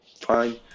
fine